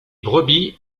brebis